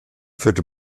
führte